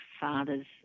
father's